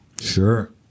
sure